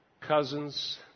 cousins